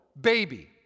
baby